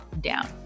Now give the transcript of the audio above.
down